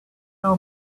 know